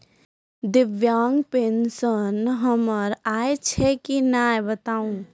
दिव्यांग पेंशन हमर आयल छै कि नैय बताबू?